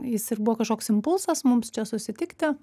jis ir buvo kažkoks impulsas mums čia susitikti